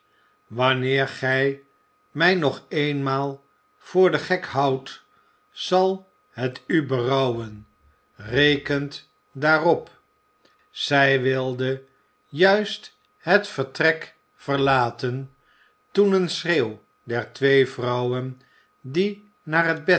wanneer gij mij nog eenmaal voor den gek houdt zal het u berouwen rekent daarop zij wilde juist het vertrek verlaten toen een schreeuw der twee vrouwen die naar het